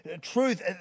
truth